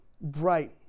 Bright